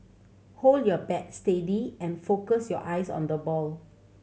hold your bat steady and focus your eyes on the ball